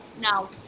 Now